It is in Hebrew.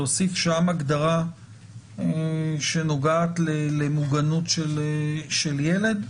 להוסיף שם הגדרה שנוגעת למוגנות של ילד?